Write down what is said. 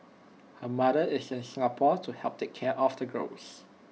her mother is in Singapore to help take care of the girls